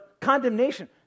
condemnation